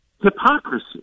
Hypocrisy